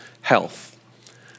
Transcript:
health